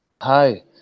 Hi